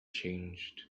changed